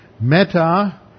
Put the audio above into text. Meta